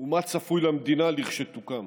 ומה צפוי למדינה כשתוקם"